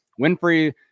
Winfrey